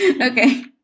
okay